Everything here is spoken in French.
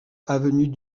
avenue